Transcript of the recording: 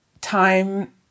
time